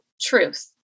truth